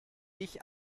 ich